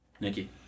Nikki